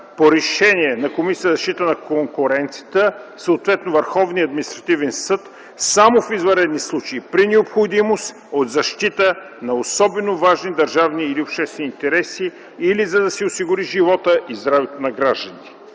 по решение на Комисията за защита на конкуренцията, съответно Върховния административен съд, само в извънредни случаи, при необходимост от защита на особено важни държавни или обществени интереси или за да се осигури животът и здравето на гражданите.